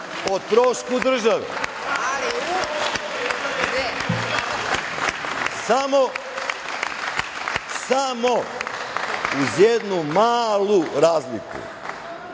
o trošku države, ali samo uz jednu malu razliku.